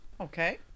Okay